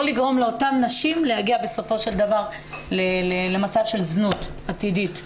לגרום לאותן נשים להגיע בסופו של דבר למצב של זנות עתידית.